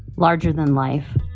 larger than life,